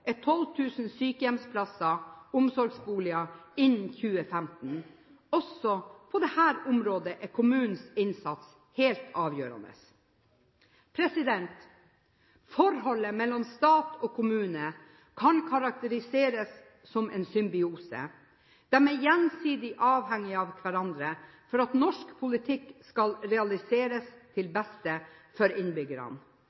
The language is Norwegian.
er 12 000 sykehjemsplasser/omsorgsboliger innen 2015. Også på dette området er kommunenes innsats helt avgjørende. Forholdet mellom stat og kommune kan karakteriseres som en symbiose – de er gjensidig avhengig av hverandre for at norsk politikk skal realiseres til